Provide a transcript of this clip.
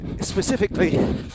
Specifically